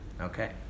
Okay